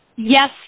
Yes